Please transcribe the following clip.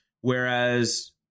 Whereas